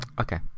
Okay